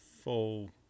full